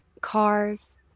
cars